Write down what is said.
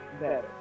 better